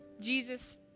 Jesus